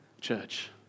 church